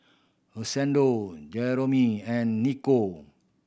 Rosendo Jerome and Nico